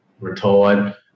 retired